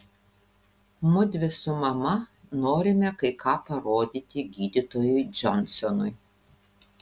mudvi su mama norime kai ką parodyti gydytojui džonsonui